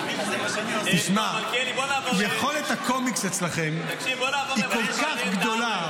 תשמע, יכולת הקומיקס אצלכם היא כל כך גדולה.